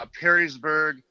Perrysburg